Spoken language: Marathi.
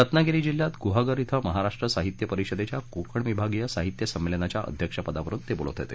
रत्नागिरी जिल्ह्यात गुहागर इथं महाराष्ट्र साहित्य परिषदेच्या कोकण विभागीय साहित्य संमेलनाच्या अध्यक्षपदावरून ते बोलत होते